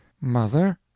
Mother